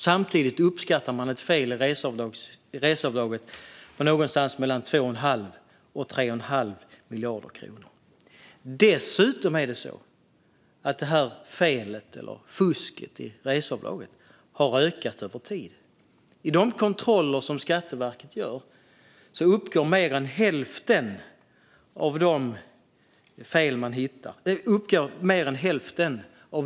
Samtidigt uppskattar man ett fel i reseavdraget på mellan 2 1⁄2 och 3 1⁄2 miljard kronor. Dessutom har felet - fusket - i reseavdraget ökat över tid. I de kontroller som Skatteverket gör visar mer än hälften av dem fel.